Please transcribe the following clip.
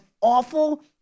awful